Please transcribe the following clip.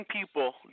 people